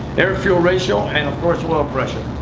air fuel ratio and of course, oil pressure,